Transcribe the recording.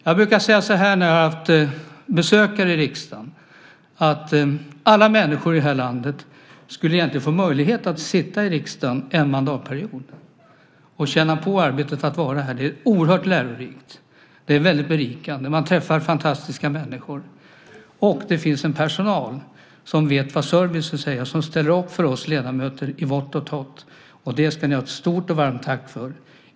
Jag brukar säga så här när jag har besökare i riksdagen: Alla människor i det här landet skulle egentligen få möjlighet att sitta i riksdagen en mandatperiod och känna på arbetet att vara här. Det är oerhört lärorikt och väldigt berikande. Man träffar fantastiska människor. Det finns också en personal som vet vad service vill säga, som ställer upp för oss ledamöter i vått och torrt, och det ska ni ha ett stort och varmt tack för!